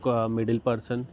ఒక middle person